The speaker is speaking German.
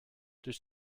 durch